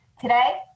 Today